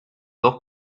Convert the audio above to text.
dos